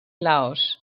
laos